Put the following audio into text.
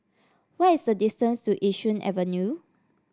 what is the distance to Yishun Avenue